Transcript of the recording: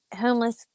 homeless